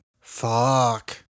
Fuck